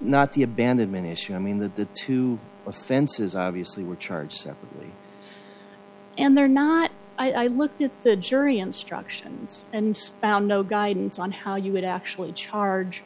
not the abandonment issue i mean that the two offenses obviously were charged separately and they're not i looked at the jury instructions and found no guidance on how you would actually charge